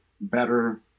better